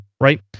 Right